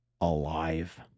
alive